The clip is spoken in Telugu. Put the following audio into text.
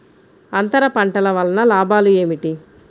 అంతర పంటల వలన లాభాలు ఏమిటి?